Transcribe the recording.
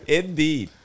indeed